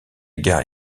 gare